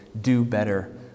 do-better